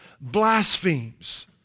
blasphemes